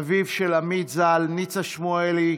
אביו של עמית ז"ל, ניצה שמואלי,